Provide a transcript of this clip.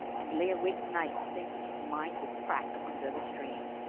and lay awake nights thinking his mind would crack under the strain.